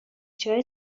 چاره